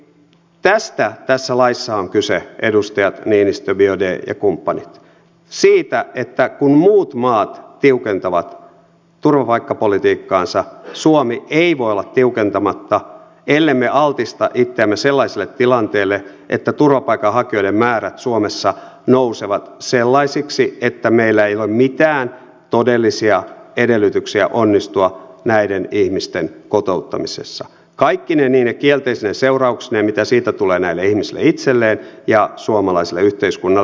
eli tästä tässä laissa on kyse edustajat niinistö biaudet ja kumppanit siitä että kun muut maat tiukentavat turvapaikkapolitiikkaansa suomi ei voi olla tiukentamatta ellemme altista itseämme sellaiselle tilanteelle että turvapaikanhakijoiden määrät suomessa nousevat sellaisiksi että meillä ei ole mitään todellisia edellytyksiä onnistua näiden ihmisten kotouttamisessa kaikkine niine kielteisine seurauksineen mitä siitä tulee näille ihmisille itselleen ja suomalaiselle yhteiskunnalle